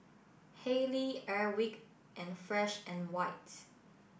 Haylee Airwick and Fresh and White